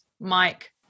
Mike